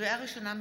לקריאה ראשונה,